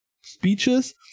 speeches